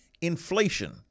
inflation